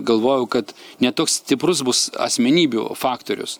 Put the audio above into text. galvojau kad ne toks stiprus bus asmenybių faktorius